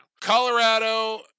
Colorado